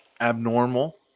abnormal